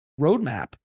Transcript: roadmap